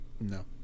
No